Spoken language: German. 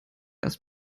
erst